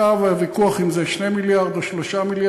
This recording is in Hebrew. עכשיו הוויכוח אם זה 2 מיליארד או 3 מיליארד.